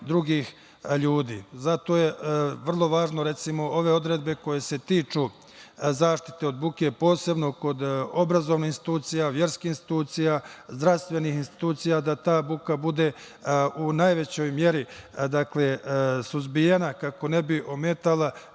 drugih ljudi. Zato je vrlo važno da ove odredbe koje se tiču zaštite od buke, posebno kod obrazovnih institucija, verskih institucija, zdravstvenih institucija da ta buka bude u najvećoj meri suzbijena kako ne bi ometala